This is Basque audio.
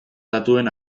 datuen